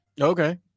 Okay